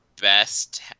best